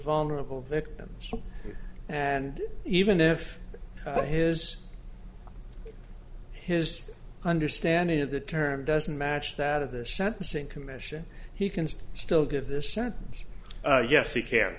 vulnerable victims and even if his his understanding of the term doesn't match that of the sentencing commission he can still give this sentence yes he ca